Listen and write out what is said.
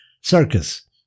circus